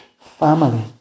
family